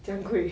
珍贵